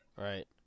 Right